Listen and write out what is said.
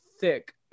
thick